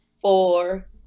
four